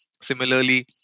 Similarly